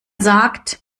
sagt